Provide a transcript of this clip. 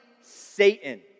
Satan